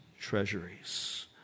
treasuries